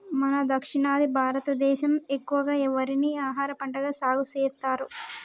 మన దక్షిణాది భారతదేసం ఎక్కువగా వరిని ఆహారపంటగా సాగుసెత్తారు